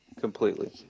completely